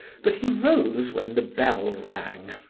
but he rose when the bell rang,